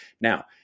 Now